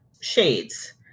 shades